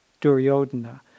Duryodhana